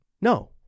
No